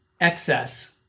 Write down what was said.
excess